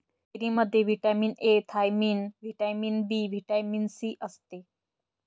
चेरीमध्ये vitamin A, thiamine, vitamin B, vitamin C असते